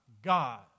God